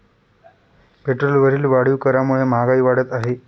पेट्रोलवरील वाढीव करामुळे महागाई वाढत आहे